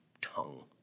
tongue